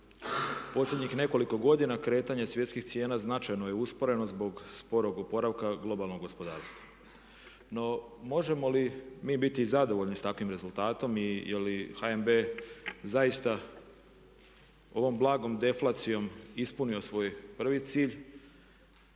Posljednjih nekoliko godina kretanje svjetskih cijena značajno je usporeno zbog sporog oporavka globalnog gospodarstva. No, možemo li mi biti zadovoljni sa takvim rezultatom i je li HNB zaista ovom blagom deflacijom ispunio svoj prvi cilj